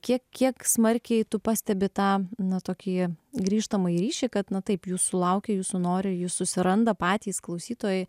kiek kiek smarkiai tu pastebi tą na tokį grįžtamąjį ryšį kad na taip jūsų laukia jūsų nori jus susiranda patys klausytojai